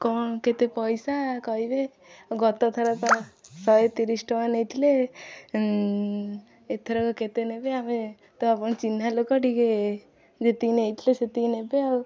କ'ଣ କେତେ ପଇସା କହିବେ ଆଉ ଗତ ଥର ତ ଶହେ ତିରିଶ ଟଙ୍କା ନେଇଥିଲେ ଏଥରକ କେତେ ନେବେ ଆମେ ତ ଆପଣ ଚିହ୍ନା ଲୋକ ଟିକେ ଯେତିକି ନେଇଥିଲେ ସେତିକି ନେବେ ଆଉ